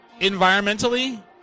environmentally